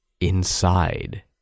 inside